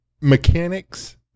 mechanics